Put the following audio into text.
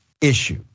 issue